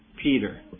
Peter